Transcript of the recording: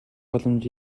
боломж